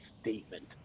statement